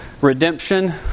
redemption